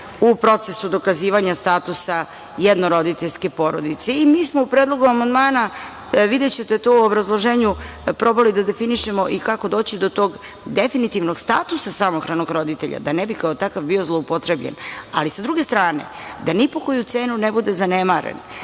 u procesu dokazivanja statusa jednoroditeljske porodice i mi smo u predlogu amandmana, videćete to u obrazloženju, probali da definišemo i kako doći do tog definitivnog statusa samohranog roditelja da ne bi kao takav bio zloupotrebljen, ali, s druge strane, da ni po koju cenu ne bude zanemaren,